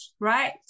Right